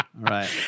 right